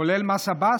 כולל מס עבאס.